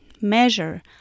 measure